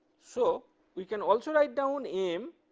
so we can also write down m